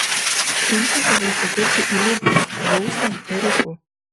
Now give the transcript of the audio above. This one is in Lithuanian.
siunčia tave įsikurti į libiją gausią ėriukų